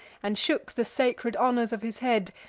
and shook the sacred honors of his head,